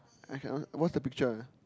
I can what's the picture